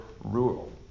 rural